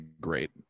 great